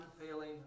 unfailing